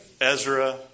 Ezra